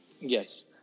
Yes